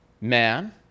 Man